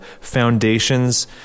foundations